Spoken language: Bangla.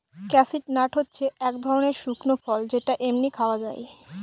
ক্যাসিউ নাট হচ্ছে এক ধরনের শুকনো ফল যেটা এমনি খাওয়া যায়